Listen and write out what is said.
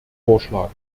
vorschlagen